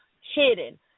Hidden